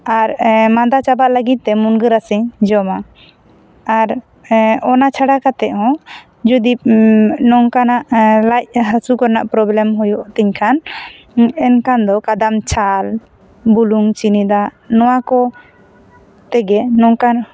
ᱟᱨ ᱢᱟᱫᱟ ᱪᱟᱵᱟᱜ ᱞᱟᱹᱜᱤᱫ ᱛᱮ ᱢᱩᱱᱜᱟᱹ ᱨᱟᱥᱮᱧ ᱡᱚᱢᱟ ᱟᱨ ᱚᱱᱟ ᱪᱷᱟᱲᱟ ᱠᱟᱛᱮ ᱦᱚᱸ ᱡᱩᱫᱤ ᱱᱚᱝᱠᱟᱱᱟᱜ ᱞᱟᱡ ᱦᱟᱹᱥᱩ ᱠᱚᱨᱮᱱᱟᱜ ᱯᱨᱚᱵᱞᱮᱢ ᱦᱩᱭᱩᱜ ᱛᱮᱧ ᱠᱷᱟᱱ ᱮᱱᱠᱷᱟᱱ ᱫᱚ ᱠᱟᱫᱟᱢ ᱪᱷᱟᱞ ᱵᱩᱞᱩᱝ ᱪᱤᱱᱤ ᱫᱟᱜ ᱱᱚᱣᱟ ᱠᱚ ᱛᱮᱜᱮ ᱱᱚᱝᱠᱟᱱ